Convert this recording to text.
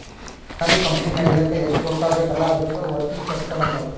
ದಿನಾಲೂ ಕಂಪನಿ ನಡಿಲ್ಲಕ್ ಎಷ್ಟ ರೊಕ್ಕಾ ಬೇಕ್ ಅಲ್ಲಾ ಅದ್ದುಕ ವರ್ಕಿಂಗ್ ಕ್ಯಾಪಿಟಲ್ ಅಂತಾರ್